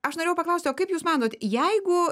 aš norėjau paklausti o kaip jūs manot jeigu